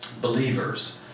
believers